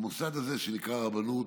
המוסד הזה שנקרא רבנות